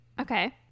Okay